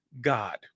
God